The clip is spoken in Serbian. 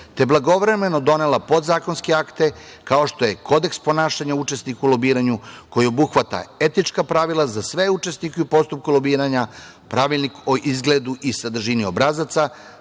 je blagovremeno donela podzakonske akte kao što je Kodeks ponašanja učesnika u lobiranju, koji obuhvata etička pravila za sve učesnike u postupku lobiranja, Pravilnik o izgledu i sadržini obrazaca,